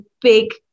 big